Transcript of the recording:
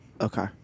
Okay